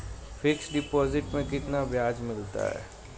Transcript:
Fix deposit में कितना ब्याज मिलता है?